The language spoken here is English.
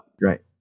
Right